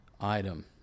item